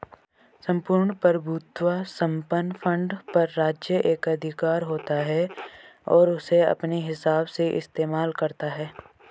सम्पूर्ण प्रभुत्व संपन्न फंड पर राज्य एकाधिकार होता है और उसे अपने हिसाब से इस्तेमाल करता है